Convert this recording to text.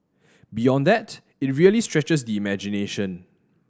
beyond that it really stretches the imagination